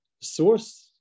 source